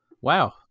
Wow